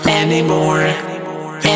anymore